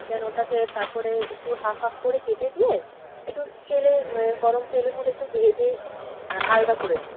দেন ওটাকে তাপরে একটু হাফ হাফ করে কেটে দিয়ে একটু তেলে গরম তেলের মধ্যে একটু ভেজে আলদা করে দিই